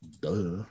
Duh